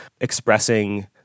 expressing